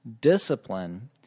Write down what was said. Discipline